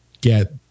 get